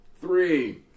Three